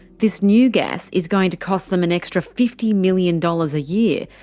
this new gas is going to cost them an extra fifty million dollars a year,